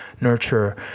nurture